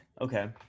Okay